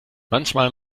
manchmal